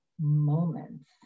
moments